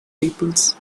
peoples